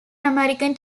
american